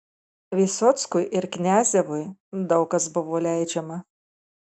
vysockui ir kniazevui daug kas buvo leidžiama